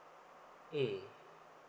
mm